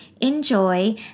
enjoy